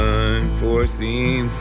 unforeseen